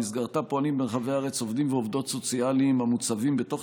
שבמסגרתה פועלים ברחבי הארץ עובדים ועובדות סוציאליים המוצבים בתוך